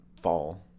fall